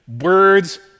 words